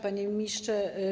Panie Ministrze!